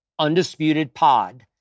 UndisputedPod